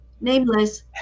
nameless